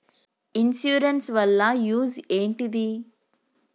Insurance వాళ్ల use ఏంటిది?